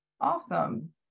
Awesome